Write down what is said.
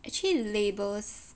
actually labels